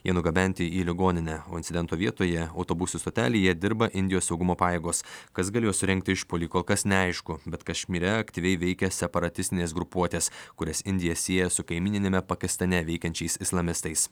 jie nugabenti į ligoninę o incidento vietoje autobusų stotelėje dirba indijos saugumo pajėgos kas galėjo surengti išpuolį kol kas neaišku bet kašmyre aktyviai veikia separatistinės grupuotės kurias indija sieja su kaimyniniame pakistane veikiančiais islamistais